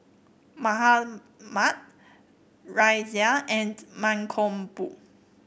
Mahatma Razia and Mankombu